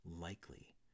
likely